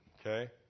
Okay